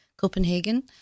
Copenhagen